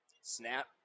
Snap